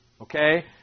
Okay